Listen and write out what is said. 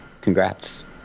Congrats